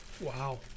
wow